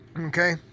Okay